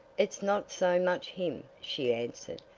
it's not so much him, she answered.